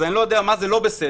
אז אני לא יודע מה זה לא בסדר,